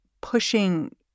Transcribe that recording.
pushing